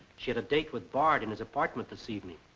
she had a date with bard in his apartment this evening.